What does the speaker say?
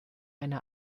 eine